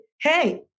Hey